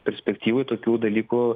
perspektyvoj tokių dalykų